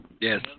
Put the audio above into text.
Yes